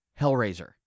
hellraiser